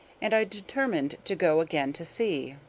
and i determined to go again to sea.